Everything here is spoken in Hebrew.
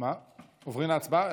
עוברים להצבעה?